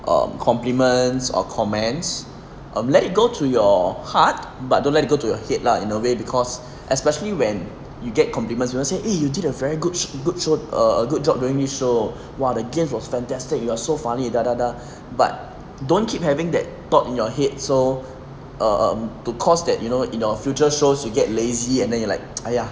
um compliments or comments um let it go to your heart but don't let go to your head lah in a way because especially when you get compliments you will say eh you did a very good show good show a a good job doing this show !wah! the guest was fantastic you are so funny da da da but don't keep having that thought in your head so um um to cause that you know in your future shows you get lazy and then you like !aiya!